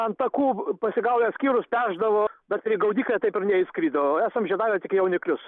ant takų pasigaudęs kirus pešdavo bet prie gaudyklę taip ir neįskrido esam žiedavę tik jauniklius